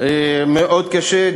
מאוד קשה.